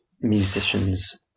musicians